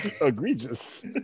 Egregious